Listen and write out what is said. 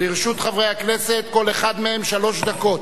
לרשות חברי כנסת, כל אחד מהם, שלוש דקות.